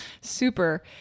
super